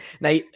now